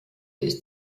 ist